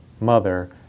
mother